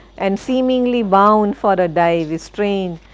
and seemingly bound for a dive. strange!